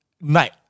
night